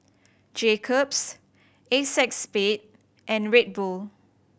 Jacob's Acexspade and Red Bull